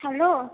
hello